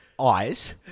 eyes